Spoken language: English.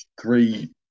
three